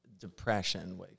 depression